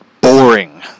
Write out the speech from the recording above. boring